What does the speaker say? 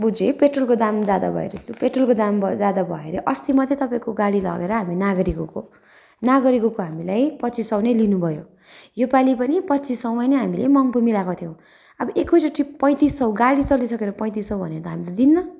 बुझेँ पेट्रोलको दाम ज्यादा भयो अरे पेट्रोलको दाम ज्यादा भयो अरे अस्ति मात्रै तपाईँको गाडी लिएर हामी नागरी गएको नागरी गएको हामीलाई पच्चिस सौ नै लिनुभयो योपालि पनि पच्चिस सौमा नै हामीले मङ्पू मिलाएको थियौँ अब एकैचोटि पैँतिस सौ गाडी चलिसकेर पैँतिस सौ भन्यो भने त हामी त दिन्नौँ